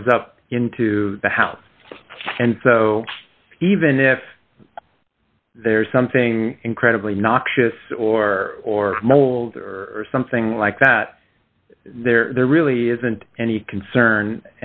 goes up into the house and so even if there is something incredibly noxious or or mold or something like that there there really isn't any concern